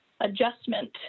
adjustment